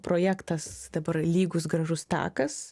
projektas dabar lygus gražus takas